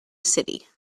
city